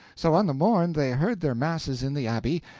so on the morn they heard their masses in the abbey,